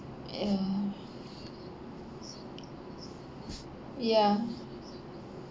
ya ya